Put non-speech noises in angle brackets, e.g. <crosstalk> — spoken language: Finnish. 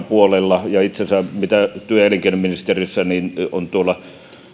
<unintelligible> puolella ja itse asiassa se mitä on työ ja elinkeinoministeriössä on